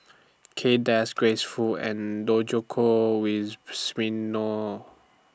Kay Das Grace Fu and Djoko